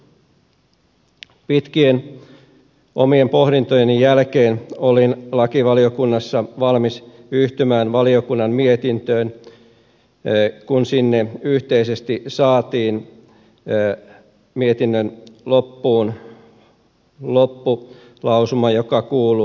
pitkien omien pohdintojeni jälkeen olin lakivaliokunnassa valmis yhtymään valiokunnan mietintöön kun sinne yhteisesti saatiin mietinnön loppuun loppulausuma joka kuuluu